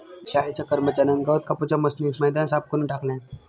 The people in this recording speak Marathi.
शाळेच्या कर्मच्यार्यान गवत कापूच्या मशीनीन मैदान साफ करून टाकल्यान